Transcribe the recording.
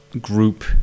group